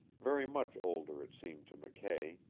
very much older it seemed to mckay,